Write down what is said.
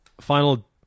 Final